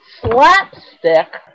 slapstick